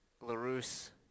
Larus